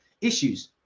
issues